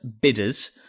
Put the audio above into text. bidders